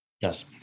Yes